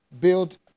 build